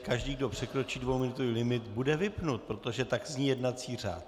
Každý, kdo překročí dvouminutový limit, bude vypnut, protože tak zní jednací řád.